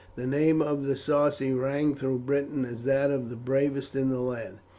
the name of the sarci rang through britain as that of the bravest in the land.